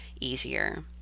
easier